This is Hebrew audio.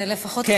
זה לפחות,